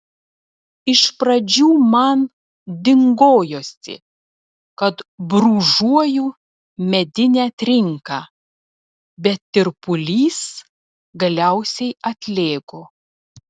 iš pradžių man dingojosi kad brūžuoju medinę trinką bet tirpulys galiausiai atlėgo